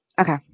Okay